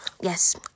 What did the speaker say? Yes